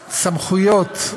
סמכויות,